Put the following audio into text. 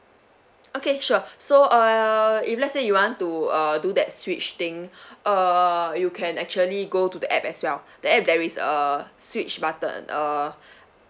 okay sure so uh if let's say you want to uh do that switch thing uh you can actually go to the app as well the app there is uh switch button uh